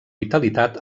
vitalitat